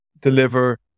deliver